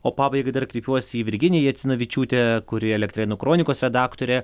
o pabaigai dar kreipiuosi į virginiją jacinavičiūtę kuri elektrėnų kronikos redaktorė